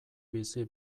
bizi